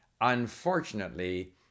Unfortunately